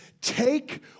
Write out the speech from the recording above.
take